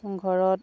ঘৰত